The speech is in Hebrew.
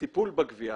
הטיפול בגבייה.